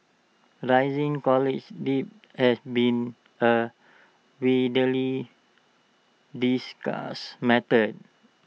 rising college debt has been A widely discussed matter